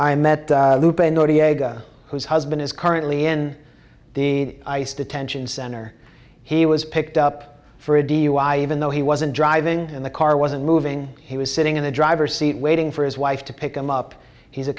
i met a guy whose husband is currently in the ice detention center he was picked up for a dui even though he wasn't driving and the car wasn't moving he was sitting in the driver's seat waiting for his wife to pick him up he's a